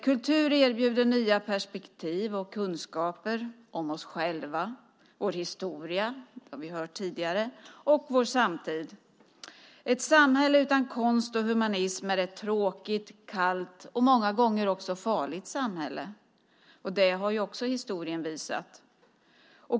Kultur erbjuder nya perspektiv och kunskaper om oss själva, vår historia - det har vi hört tidigare - och vår samtid. Ett samhälle utan konst och humanism är ett tråkigt, kallt och många gånger också farligt samhälle. Det har också historien visat.